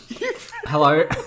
hello